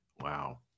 Wow